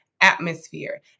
atmosphere